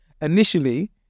Initially